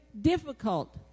difficult